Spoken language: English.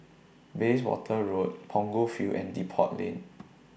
Bayswater Road Punggol Field and Depot Lane